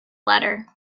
letter